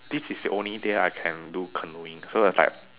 this is the only day I can do canoeing so it's like